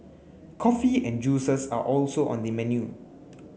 coffee and juices are also on the menu